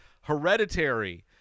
Hereditary